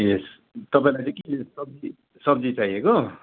ए तपाईँलाई चाहिँ के सब्जी सब्जी चाहिएको